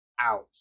Ouch